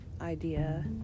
idea